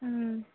ꯎꯝ